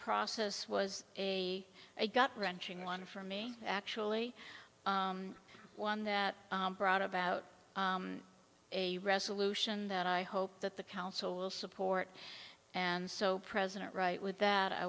process was a gut wrenching one for me actually one that brought about a resolution that i hope that the council will support and so president right with that i